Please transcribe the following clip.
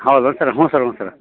ಹೌದಾ ಸರ್ ಹ್ಞೂ ಸರ್ ಹ್ಞೂ ಸರ್